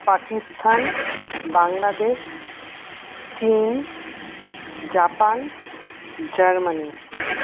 পাকিস্তান বাংলাদেশ চীন Japan Germany